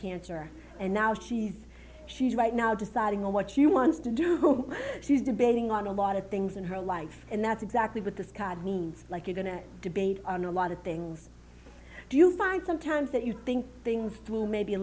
cancer and now she's she's right now deciding on what she wants to do who she is debating on a lot of things in her life and that's exactly what the needs like you going to debate on a lot of things do you find sometimes that you think things through maybe a